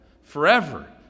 forever